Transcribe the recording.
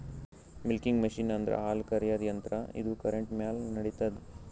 milking machine ಅಂದ್ರ ಹಾಲ್ ಕರ್ಯಾದ್ ಯಂತ್ರ ಇದು ಕರೆಂಟ್ ಮ್ಯಾಲ್ ನಡಿತದ್